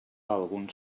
algun